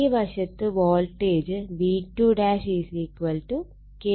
ഈ വശത്ത് voltage V2 K V2 ആയിരിക്കും